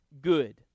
good